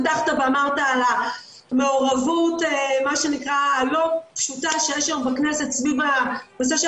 פתחת ואמרת על המעורבות הלא פשוטה שיש היום בכנסת סביב הנושא של